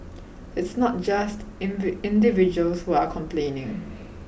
it's not just individuals who are complaining